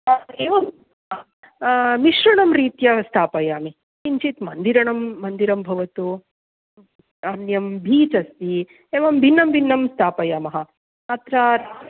तत्र एवं मिश्रणं रीत्या स्थापयामि किञ्चित् मन्दिरणं मन्दिरं भवतु अन्यं बीच् अस्ति एवं भिन्नं भिन्नं स्थापयामः अत्र